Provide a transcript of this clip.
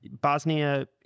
Bosnia